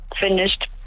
Finished